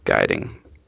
guiding